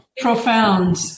profound